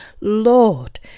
Lord